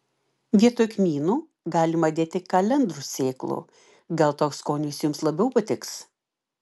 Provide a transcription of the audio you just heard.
vietoj kmynų galima dėti kalendrų sėklų gal toks skonis jums labiau patiks